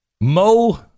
Mo